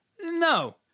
No